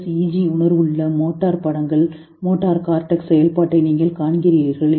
G உணர்வுள்ள motor படங்கள் motor cortex செயல்பாட்டை நீங்கள் காண்கிறீர்கள் இது பி